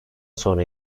sonra